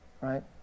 Right